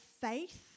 faith